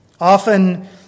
Often